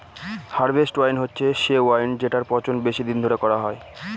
harvest wine হচ্ছে সে wine যেটার পচন বেশি দিন ধরে করা হয়